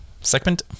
segment